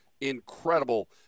incredible